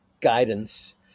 guidance